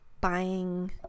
buying